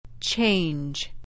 change